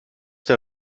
der